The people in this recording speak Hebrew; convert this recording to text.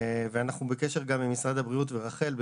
אנחנו בקשר גם עם משרד הבריאות ורח"ל.